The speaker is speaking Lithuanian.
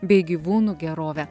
bei gyvūnų gerove